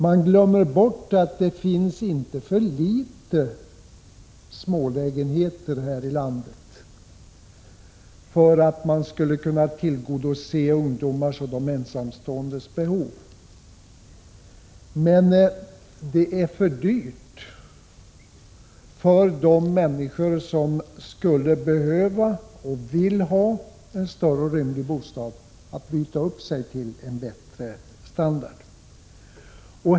Man glömmer bort att det inte finns för få smålägenheter här i landet för att det skulle vara möjligt att tillgodose ungdomars och ensamståendes behov, men det är för dyrt för de människor som skulle behöva och som vill ha en större och rymligare bostad att byta upp sig till bättre standard.